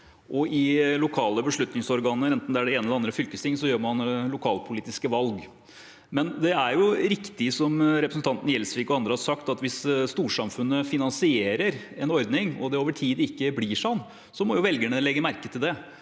i lokale beslutningsorgan – enten det er det ene eller det andre fylkesting – så gjør man lokalpolitiske valg. Men det er riktig, som representanten Gjelsvik og andre har sagt, at hvis storsamfunnet finansierer en ordning, og det over tid ikke blir sånn, må jo velgerne legge merke til det,